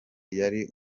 yari